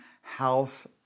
house